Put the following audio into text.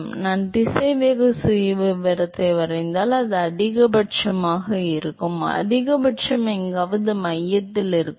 எனவே நான் திசைவேக சுயவிவரத்தை வரைந்தால் அது அதிகபட்சமாக இருக்கும் அதிகபட்சம் எங்காவது மையத்தில் இருக்கும்